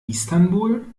istanbul